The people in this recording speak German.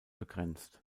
begrenzt